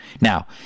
Now